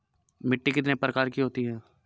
मिट्टी कितने प्रकार की होती हैं?